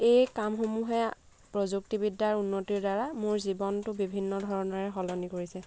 এই কামসমূহে প্ৰযুক্তিবিদ্যাৰ উন্নতিৰ দ্বাৰা মোৰ জীৱনটো বিভিন্ন ধৰণৰে সলনি কৰিছে